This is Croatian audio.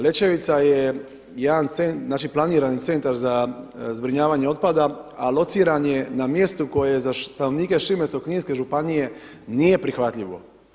Lećevica je planirani centar za zbrinjavanje otpada, a lociran je na mjestu koje za stanovnike Šibensko-kninske županije nije prihvatljivo.